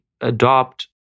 adopt